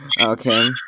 Okay